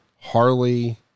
harley